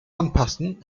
anpassen